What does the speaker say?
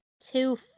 two